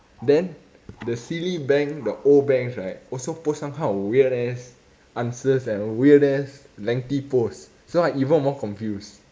then the silly bank the old banks right also post some kind of weird ass answers and weird ass lengthy posts so I even more confused